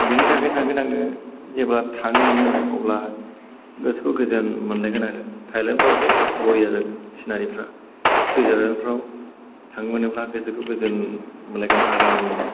बेनि थाखायनो थांगोन आङो जेब्ला थांनो मोनगोन अब्ला गोसोखौ गोजोन मोनलायगोन आरो थायलेण्डफ्रावथ' बरिया जागोन सिनारिफ्रा सुइजारलेण्डफ्राव थांनो मोनोब्ला गोसोखौ गोजोन मोनलायगोन आरो आराम